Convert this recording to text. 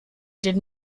den